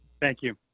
thank you.